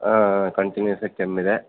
ಹಾಂ ಹಾಂ ಕಂಟಿನ್ಯೂಸ್ ಆಗಿ ಕೆಮ್ಮು ಇದೆ